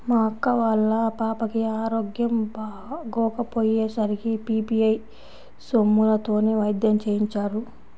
మా అక్క వాళ్ళ పాపకి ఆరోగ్యం బాగోకపొయ్యే సరికి పీ.పీ.ఐ సొమ్ములతోనే వైద్యం చేయించారు